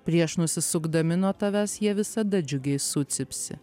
prieš nusisukdami nuo tavęs jie visada džiugiai sucypsi